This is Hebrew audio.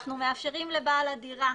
אנחנו מאפשרים לבעל הדירה